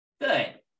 Good